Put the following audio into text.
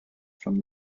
from